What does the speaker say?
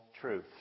truth